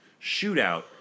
shootout